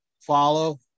follow